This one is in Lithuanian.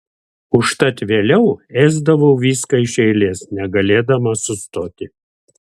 užtat vėliau ėsdavau viską iš eilės negalėdama sustoti